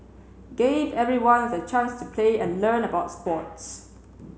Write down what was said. gave everyone the chance to play and learn about sports